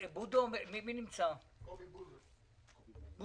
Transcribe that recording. עשינו חישוב מדויק של כמות הטבק שנמצאת בחפיסה של